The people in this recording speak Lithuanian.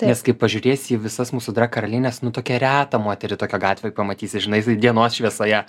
nes kaip pažiūrėsi į visas mūsų drag karalienes nu tokią retą moterį tokią gatvėj pamatysi žinai dienos šviesoje